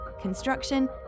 construction